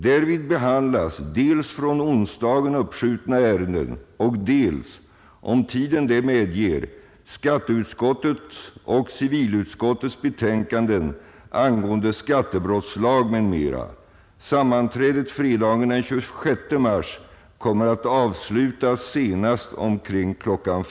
Därvid behandlas dels från onsdagen uppskjutna ärenden och dels — om tiden det medger — skatteutskottets och civilutskottets betänkanden angående skattebrottslag m.m. Sammanträdet fredagen den 26 mars kommer att avslutas senast omkring kl.